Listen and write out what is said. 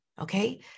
okay